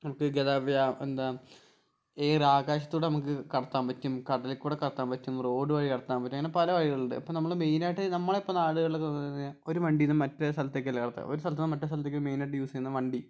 നമുക്ക് എന്താ ഏറ് ആകാശത്തുകൂടെ നമുക്ക് കടത്താൻ പറ്റും കടലിൽക്കൂടെ കടത്താൻ പറ്റും റോഡ് വഴി കടത്താൻ പറ്റും അങ്ങനെ പല വഴികളുണ്ട് അപ്പം നമ്മൾ മെയിന് ആയിട്ട് നമ്മളിപ്പം നാടുകളിലൊക്കെ ഒരു വണ്ടിയിൽനിന്ന് മറ്റേ സ്ഥത്തേക്കല്ലേ കടത്തുക ഒരു സ്ഥലത്ത് മറ്റേ സ്ഥത്തേക്ക് മെയിന് ആയിട്ട് യൂസ് ചെയ്യുന്ന വണ്ടി